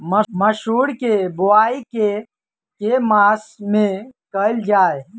मसूर केँ बोवाई केँ के मास मे कैल जाए?